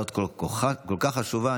מאחר שזו הצעה כל כך חשובה,